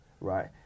right